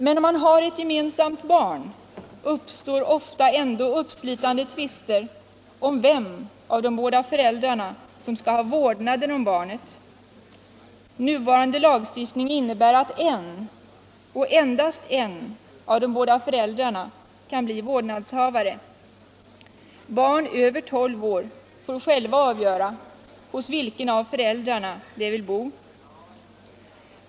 Men om man har ett gemensamt barn, uppstår ofta ändå uppslitande tvister om vem av de båda föräldrarna som skall ha vårdnaden om barnet. Nuvarande lagstiftning innebär att en, och endast en, av de båda föräldrarna kan bli vårdnadshavare. Barn över 12 år får själva avgöra hos vilken av föräldrarna det vill bo.